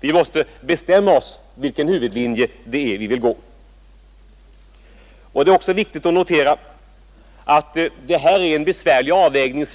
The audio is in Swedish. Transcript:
Vi måste bestämma oss för vilken huvudlinje vi vill följa. Det är också viktigt att notera att det här är fråga om en besvärlig avvägning